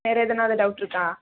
வேறு எதுனாது டவுட் இருக்கா